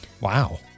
Wow